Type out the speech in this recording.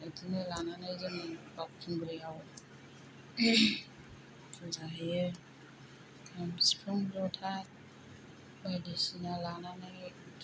बिदिनो लानानै जों बावखुंग्रियाव फुजा हैयो खाम सिफुं जथा बायदिसिना लानानै